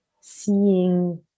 seeing